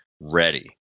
ready